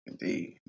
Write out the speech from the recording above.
Indeed